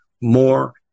more